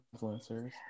influencers